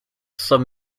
some